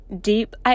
deep